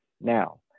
now